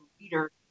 leader